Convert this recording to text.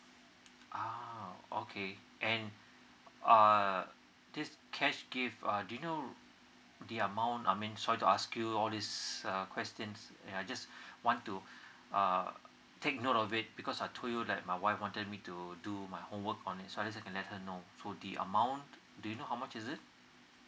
uh okay and err this cash gift do you know the amount I mean sorry to ask you all these uh questions and I just want to uh take note of it because I told you that my wife wanted me to do my homework on it so I just let her know so the amount do you know how much is it